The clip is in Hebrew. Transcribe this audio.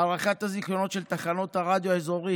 הארכת הזיכיונות של תחנות הרדיו האזורית,